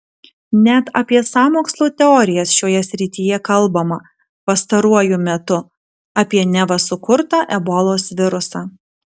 net apie sąmokslo teorijas šioje srityje kalbama pastaruoju metu apie neva sukurtą ebolos virusą